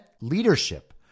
leadership